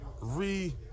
re